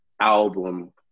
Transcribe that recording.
album